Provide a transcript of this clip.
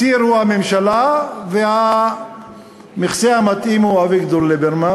הסיר הוא הממשלה והמכסה המתאים הוא אביגדור ליברמן.